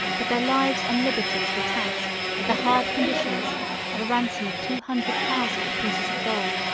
but their lives and liberties were taxed at the hard conditions of a ransom of two hundred thousand pieces of gold,